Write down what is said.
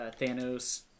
Thanos